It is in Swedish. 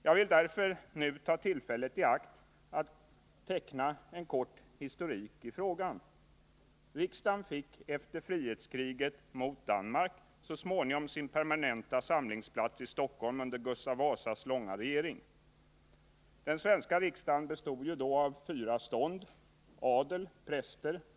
Jag vill därför nu ta tillfället i akt att teckna en kort historik i frågan. Riksdagen fick efter frihetskriget mot Danmark så småningom sin permanenta samlingsplats i Stockholm under Gustav Vasas långa regering. Den svenska riksdagen bestod då av fyra stånd — adel, präster.